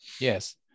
Yes